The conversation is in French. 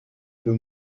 peu